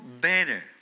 better